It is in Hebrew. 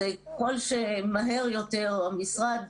ככל שמהר יותר המשרד,